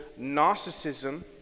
narcissism